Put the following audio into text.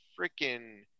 freaking